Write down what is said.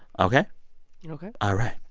ok? you know ok all right,